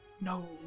No